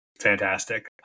fantastic